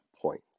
point